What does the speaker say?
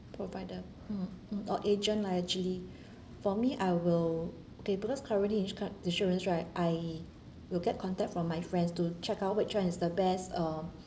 provider mm mm or agent lah actually for me I will okay because currently each car insurance right I will get contact from my friends to check out which one is the best uh